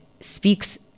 speaks